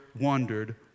wondered